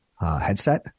headset